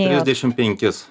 trisdešim penkis